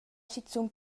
schizun